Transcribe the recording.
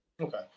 Okay